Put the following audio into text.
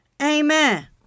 Amen